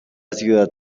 ciudad